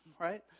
Right